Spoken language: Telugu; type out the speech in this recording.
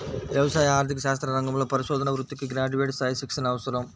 వ్యవసాయ ఆర్థిక శాస్త్ర రంగంలో పరిశోధనా వృత్తికి గ్రాడ్యుయేట్ స్థాయి శిక్షణ అవసరం